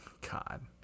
God